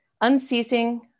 unceasing